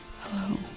Hello